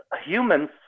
humans